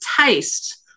taste